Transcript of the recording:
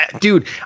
dude